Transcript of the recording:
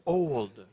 old